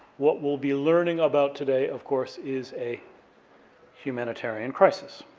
what we'll be learning about today, of course, is a humanitarian crisis.